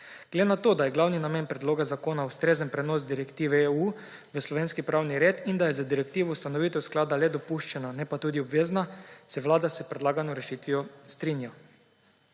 Glede na to, da je glavni namen predloga zakona ustrezen prenos direktive EU v slovenki pravni red in da je z direktivo ustanovitev sklada le dopuščena, ne pa tudi obvezna, se Vlada s predlagano rešitvijo strinja.